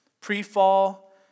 pre-fall